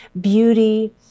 beauty